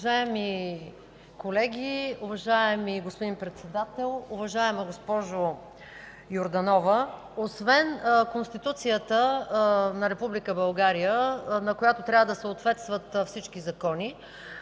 Уважаеми колеги, уважаеми господин Председател, уважаема госпожо Йорданова! Освен Конституцията на Република България, на която трябва да съответстват всички закони,